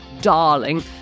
darling